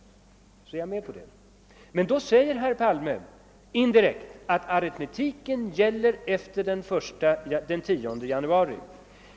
Men då säger herr Palme indirekt att aritmetiken gäller efter den 10 januari.